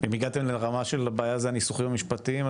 אם הגעתם לרמה שהבעיה זה הניסוחים המשפטיים,